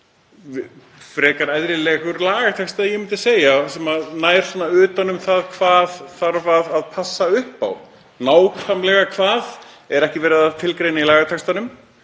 Frekar eðlilegur lagatexti myndi ég segja sem nær utan um það hvað þarf að passa upp á. Nákvæmlega hvað er ekki verið að tilgreina í lagatextanum